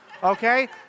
Okay